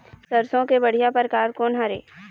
सरसों के बढ़िया परकार कोन हर ये?